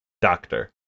doctor